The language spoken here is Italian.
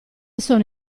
sono